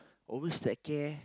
always take care